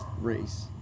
race